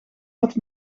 wat